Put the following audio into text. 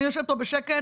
אני יושבת פה בשקט,